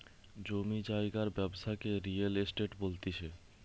জমি জায়গার ব্যবসাকে রিয়েল এস্টেট বলতিছে